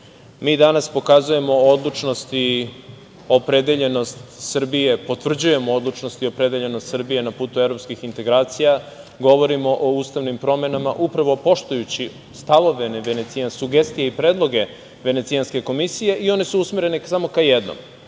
danas pokazujemo odlučnost i opredeljenost Srbije, potvrđujemo odlučnost i opredeljenost Srbije na putu evropskih integracija, govorimo o ustavnim promenama, upravo poštujući stavove, sugestije i predloge Venecijanske komisije i one su usmerene samo ka jednom,